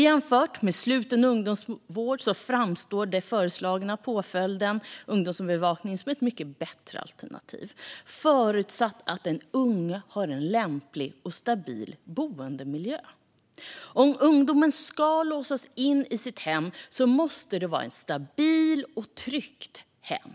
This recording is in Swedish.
Jämfört med sluten ungdomsvård framstår den föreslagna påföljden ungdomsövervakning som ett mycket bättre alternativ, förutsatt att den unge har en lämplig och stabil boendemiljö. Om ungdomen ska låsas in i sitt hem måste det vara ett stabilt och tryggt hem.